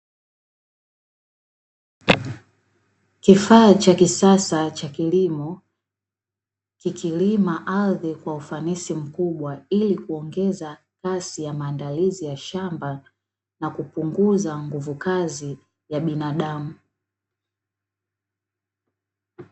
Kifaa cha kisasa cha kilimo, kikilima ardhi kwa ufanisi mkubwa ili kuongeza kasi ya maandalizi ya shamba na kupunguza nguvu kazi ya binadamu.